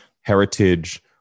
heritage